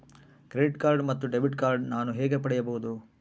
Credit card ಮತ್ತು debit card ನಾನು ಹೇಗೆ ಪಡೆಯಬಹುದು?